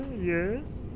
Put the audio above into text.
yes